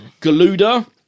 Galuda